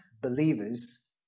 believers